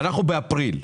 אנחנו באפריל,